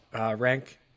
rank